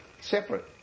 separate